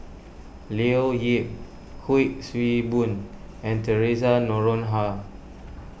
Leo Yip Kuik Swee Boon and theresa Noronha